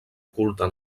culte